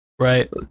right